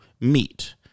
meet